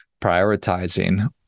prioritizing